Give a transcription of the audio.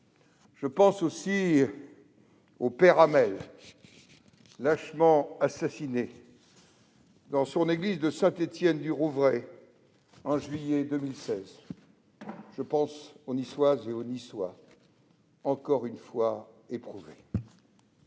Je pense aussi au père Hamel lâchement assassiné dans son église de Saint-Étienne-du-Rouvray au mois de juillet 2016. Je pense aux Niçoises et aux Niçois encore une fois éprouvés.